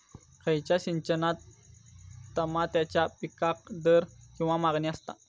खयच्या सिजनात तमात्याच्या पीकाक दर किंवा मागणी आसता?